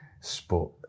sport